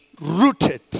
rooted